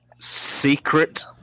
secret